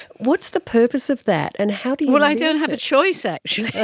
what's the purpose of that and how do you? well, i don't have a choice actually!